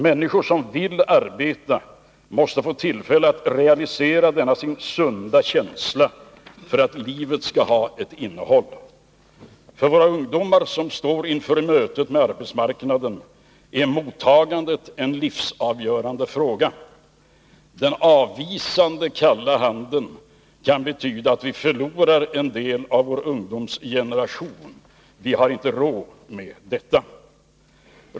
Människor som vill arbeta måste få tillfälle att realisera denna sin sunda känsla för att livet skall ha ett innehåll. För våra ungdomar som står inför mötet med arbetsmarknaden är mottagandet en livsavgörande fråga. Den avvisande kalla handen kan betyda att vi förlorar en del av vår ungdomsgeneration. Vi har inte råd med detta.